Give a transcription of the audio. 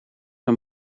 een